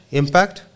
impact